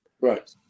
Right